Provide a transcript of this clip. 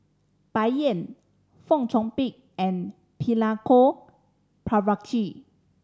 Bai Yan Fong Chong Pik and Milenko Prvacki